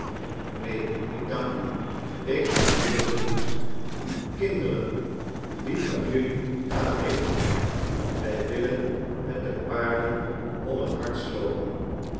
neen ik dank u ik ga liever te voet kinderen wie van jelui gaat mede wij willen met de paarden om het hardst loopen